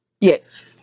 Yes